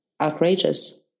outrageous